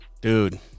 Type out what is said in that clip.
Dude